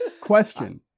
Question